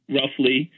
roughly